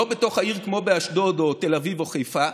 לא בתוך העיר, כמו באשדוד או תל אביב או חיפה.